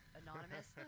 anonymous